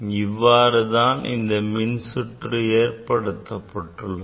இவ்வாறு தான் இந்த மின்சுற்று ஏற்படுத்தப்பட்டுள்ளது